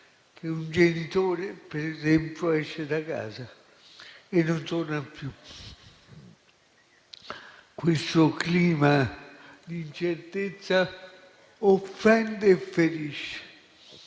che un genitore esca da casa e non vi torni più. Questo clima di incertezza offende e ferisce.